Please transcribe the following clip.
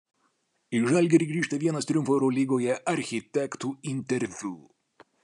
į žalgirį grįžta vienas triumfo eurolygoje architektų interviu